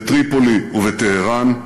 בטריפולי ובטהרן,